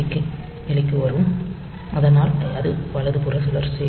B நிலைக்கு வரும் அதனால் அது வலதுபுற சுழற்சி